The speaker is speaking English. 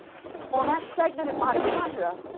on that segmented mitochondria,